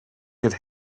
could